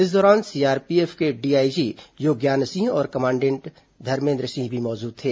इस दौरान सीआरपीएफ के डीआईजी योज्ञान सिंह और कमांडेंट धर्मेन्द्र सिंह भी मौजूद थे